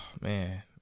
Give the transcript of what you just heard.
Man